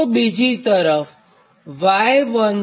તો બીજી તરફ પણ